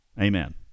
Amen